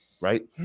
right